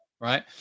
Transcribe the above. right